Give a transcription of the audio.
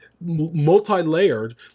multi-layered